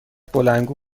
بلندگو